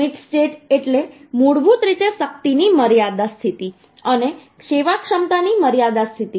limit state એટલે મૂળભૂત રીતે શક્તિની મર્યાદા સ્થિતિ અને સેવાક્ષમતાની મર્યાદા સ્થિતિ